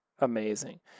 amazing